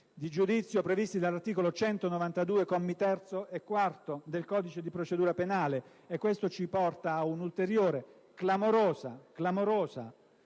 di giudizio previsti dall'articolo 192, commi 3 e 4, del codice di procedura penale. Questo ci porta ad un'ulteriore, clamorosa,